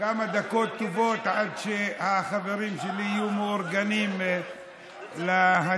דקות טובות עד שהחברים שלי יהיו מאורגנים להצבעה.